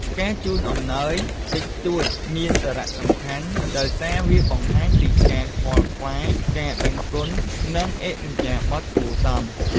ការជូនអំំណោយតិចតួចមានសារៈសំខាន់ ដោយសារវាបង្ហាញពី ការខ្វល់ខ្វាយ ការដឹងគុណ និង ឥរិយាបថគួរសម។